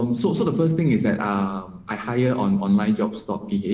um so so the first thing is that i hire online job stock